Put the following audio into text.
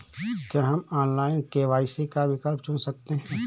क्या हम online KYC का विकल्प चुन सकते हैं?